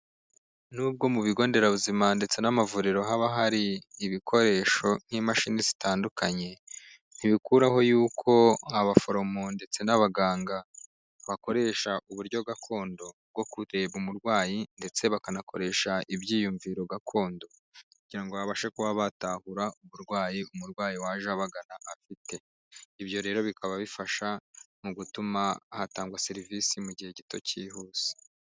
N'ubwo mu bigo nderabuzima ndetse n'amavuriro haba hari ibikoresho nk'imashini zitandukanye ntibikuraho y'uko abaforomo ndetse n'abaganga bakoresha uburyo gakondo bwo kureba umurwayi ndetse bakanakoresha ibyiyumviro gakondo kugira ngo babashe kuba batahura uburwayi umurwayi waje abagana afite ibyo rero bikaba bifasha mu gutuma hatangwa serivisi mu gihe gito cyihuse.